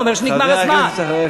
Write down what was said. הוא אומר שנגמר הזמן, חבר הכנסת שאחריך.